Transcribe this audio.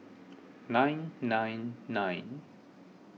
nine nine nine